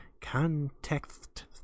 context